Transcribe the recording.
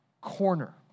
corner